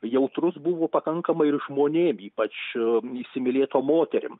jautrus buvo pakankamai ir žmonėm ypač įsimylėtom moterim